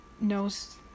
knows